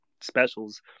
specials